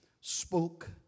spoke